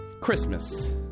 Christmas